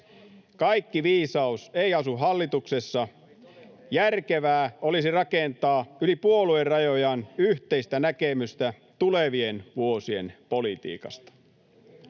Kaikki viisaus ei asu hallituksessa. Järkevää olisi rakentaa yli puoluerajojen yhteistä näkemystä tulevien vuosien politiikasta.